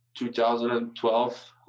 2012